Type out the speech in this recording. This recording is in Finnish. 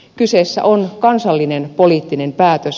kyseessä on kansallinen poliittinen päätös